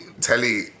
telly